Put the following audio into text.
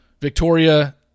Victoria